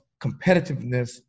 competitiveness